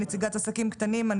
נציגת עסקים קטנים.